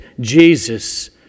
Jesus